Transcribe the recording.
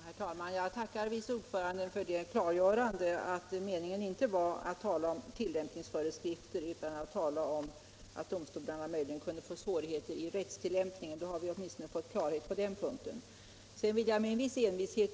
Herr talman! Jag tackar vice ordföranden för detta klargörande. Hon menade alltså inte att tala om tillämpningsföreskrifter utan avsåg att säga att domstolarna möjligen kunde få svårigheter med rättstillämpningen. Då har vi åtminstone fått klarhet på den punkten. 187 Jag vill med en viss envishet